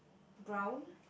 brown